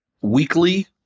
Weekly